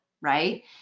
Right